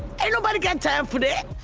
and nobody got time for that!